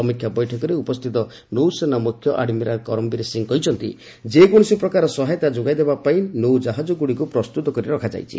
ସମୀକ୍ଷା ବୈଠକରେ ଉପସ୍ଥିତ ନୌବାହିନୀ ମୁଖ୍ୟ ଆଡମିରାଲ୍ କରମବୀର ସିଂହ କହିଛନ୍ତି ଯେକୌଣସି ପ୍ରକାର ସହାୟତା ଯୋଗାଇ ଦେବା ପାଇଁ ନୌଜାହାଜଗୁଡ଼ିକୁ ପ୍ରସ୍ତୁତ କରି ରଖାଯାଇଛି